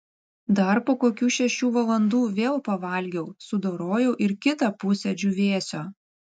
dar po kokių šešių valandų vėl pavalgiau sudorojau ir kitą pusę džiūvėsio